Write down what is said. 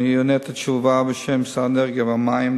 אענה את התשובה בשם שר האנרגיה והמים,